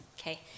Okay